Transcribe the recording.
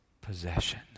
possession